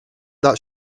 that